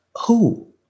Who